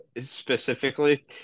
specifically